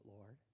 Lord